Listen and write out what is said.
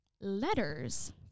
letters